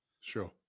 Sure